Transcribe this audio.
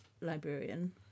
librarian